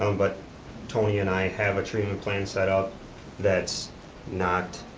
um but tony and i have a treatment plan set up that's not,